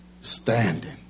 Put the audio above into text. standing